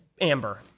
amber